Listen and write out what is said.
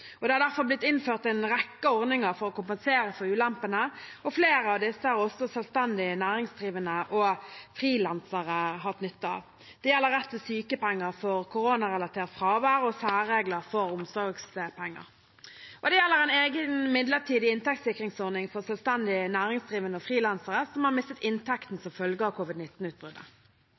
Det har derfor blitt innført en rekke ordninger for å kompensere for ulempene, og flere av disse har også selvstendig næringsdrivende og frilansere hatt nytte av. Det gjelder rett til sykepenger for koronarelatert fravær og særregler for omsorgspenger. Det gjelder også en egen midlertidig inntektssikringsordning for selvstendig næringsdrivende og frilansere som har mistet inntekten som følge av